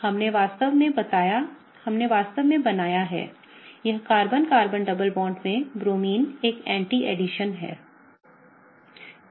हमने वास्तव में बनाया है वह कार्बन कार्बन डबल बांड में ब्रोमीन का एक एंटी एडिशन है